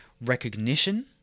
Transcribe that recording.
recognition